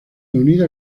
unida